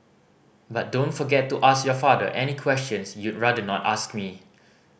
but don't forget to ask your father any questions you'd rather not ask me